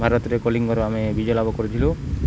ଭାରତରେ କଳିଙ୍ଗର ଆମେ ବିଜୟ ଲାଭ କରିଥିଲୁ